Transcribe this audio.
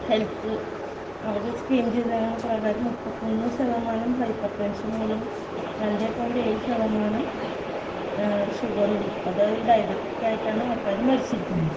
health അവർ screen ചെയ്തിരിക്കുന്ന പ്രകാരം മുപ്പത്തൊന്നു ശതമാനം ഹൈപ്പർ ടെൻഷൻ മൂലവും രണ്ടെ പോയിൻറ്റ് ഏഴ് ശതമാനം ഷുഗർ അതായത് ഡയബറ്റിക്കായിട്ടാണ് ആൾക്കാർ മരിച്ചിരിക്കുന്നത്